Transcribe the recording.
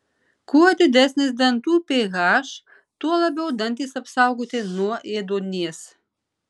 kuo didesnis dantų ph tuo labiau dantys apsaugoti nuo ėduonies